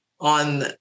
on